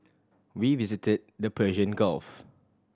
we visited the Persian Gulf